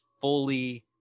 fully